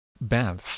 baths